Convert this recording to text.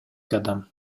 кадам